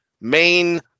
main